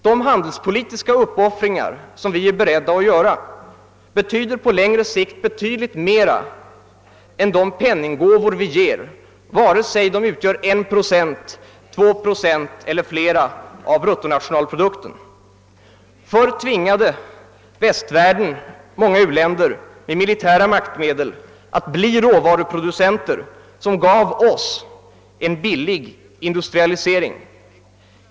De handelspolitiska uppoffringar som vi är beredda att göra betyder på längre sikt mycket mer än de penninggåvor som vi ger, vare sig de utgör 1, 2 eller flera procent av bruttonationalprodukten. Förr tvingade västvärlden u-länderna med militära maktmedel att bli råvaruproducenter som gav oss en billig industrialisering.